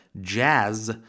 Jazz